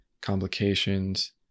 complications